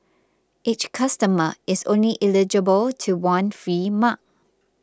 each customer is only eligible to one free mug